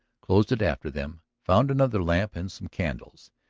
closed it after them, found another lamp and some candles,